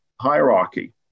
hierarchy